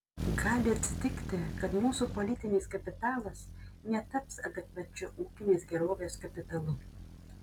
gali atsitikti kad mūsų politinis kapitalas netaps adekvačiu ūkinės gerovės kapitalu